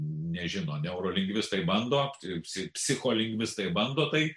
nežino niaurolingvistai bando psi psicholingvistai bando tai